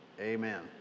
Amen